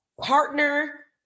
Partner